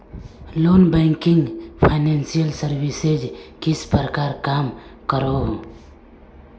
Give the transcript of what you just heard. Non banking financial services किस प्रकार काम करोहो?